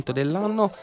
dell'anno